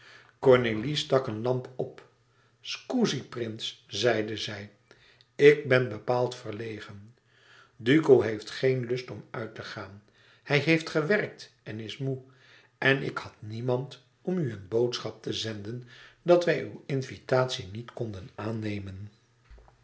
cornélie stak een lamp op scusi prins zeide zij ik ben bepaald verlegen duco heeft geen lust uit te gaan hij heeft gewerkt en is moê en ik had niemand om u een boodschap te zenden dat wij uw invitatie niet konden aannemen